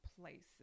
places